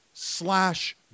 slash